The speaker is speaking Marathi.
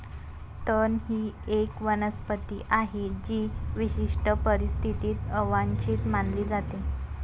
तण ही एक वनस्पती आहे जी विशिष्ट परिस्थितीत अवांछित मानली जाते